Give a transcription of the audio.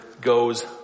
goes